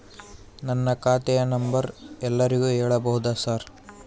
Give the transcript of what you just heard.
ನನ್ನ ಖಾತೆಯ ನಂಬರ್ ಎಲ್ಲರಿಗೂ ಹೇಳಬಹುದಾ ಸರ್?